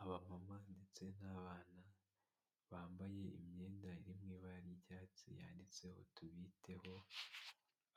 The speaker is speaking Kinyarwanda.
Abamama ndetse n'abana bambaye imyenda iri mu ibara ry'icyatsi yanditseho tubiteho,